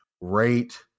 rate